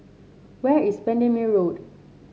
where is Bendemeer Road